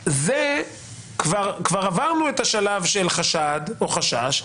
זה כבר עברנו את השלב של חשש או חשד,